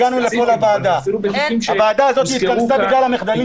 --------- אפילו בכתבי אישום שנזכרו כאן,